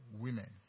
women